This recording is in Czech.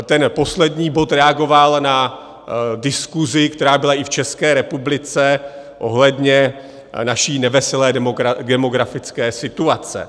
Ten poslední bod reagoval na diskusi, která byla i v České republice, ohledně naší neveselé demografické situace.